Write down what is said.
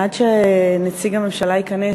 עד שנציג הממשלה ייכנס,